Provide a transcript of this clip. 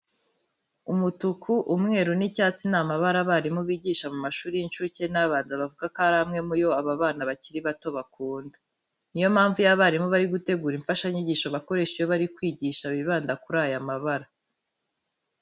Umutuku, umweru n'icyatsi ni amabara abarimu bigisha mu mashuri y'incuke n'abanza bavuga ko ari amwe mu yo aba bana bakiri bato bakunda. Ni yo mpamvu iyo abarimu bari gutegura imfashanyigisho bakoresha iyo bari kwigisha bibanda kuri aya mabara.